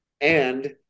and-